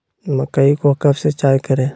मकई को कब सिंचाई करे?